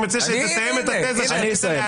שתסיים את התזה שרצית להציג,